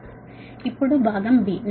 ఇప్పుడు భాగం బి